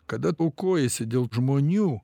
kada aukojiesi dėl žmonių